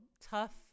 tough